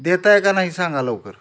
देताय का नाही सांगा लवकर